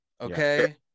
Okay